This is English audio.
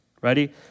Ready